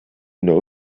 know